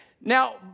Now